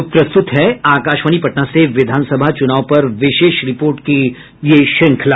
अब प्रस्तुत है आकाशवाणी पटना से विधानसभा चुनाव पर विशेष रिपोर्ट की श्रृंखला